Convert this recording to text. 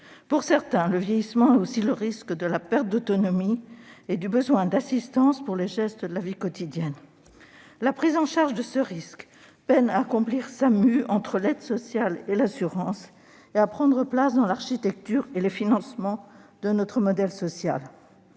Pour certains, le vieillissement est aussi le risque de la perte d'autonomie et du besoin d'assistance pour les gestes de la vie quotidienne. La prise en charge de ce risque peine à accomplir sa mue entre l'aide sociale et l'assurance, et à prendre place dans l'architecture et les financements de notre modèle social.